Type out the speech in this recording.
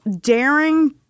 daring